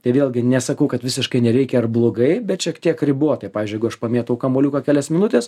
tai vėlgi nesakau kad visiškai nereikia ar blogai bet šiek tiek ribotai pavyzdžiui jeigu aš pamėtau kamuoliuką kelias minutes